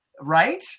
Right